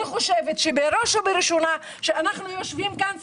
אני חושבת שכשאנחנו יושבים כאן אנחנו